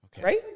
Right